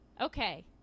Okay